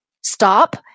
stop